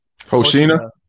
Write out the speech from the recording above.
Hoshina